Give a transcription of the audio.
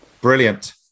brilliant